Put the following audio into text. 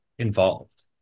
involved